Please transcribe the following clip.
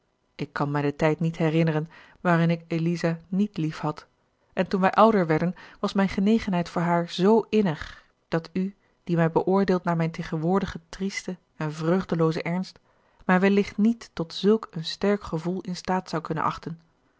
ik kan mij den tijd niet herinneren waarin ik eliza niet liefhad en toen wij ouder werden was mijn genegenheid voor haar zoo innig dat u die mij beoordeelt naar mijn tegenwoordigen triesten en vreugdeloozen ernst mij wellicht niet tot zulk een sterk gevoel in staat zoudt kunnen achten